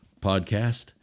podcast